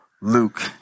Luke